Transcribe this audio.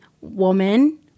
woman